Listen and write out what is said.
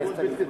ועדת הפנים?